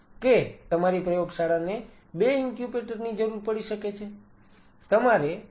કે તમારી પ્રયોગશાળાને 2 ઇન્ક્યુબેટર ની જરૂર પડી શકે છે